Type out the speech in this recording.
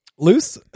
Loose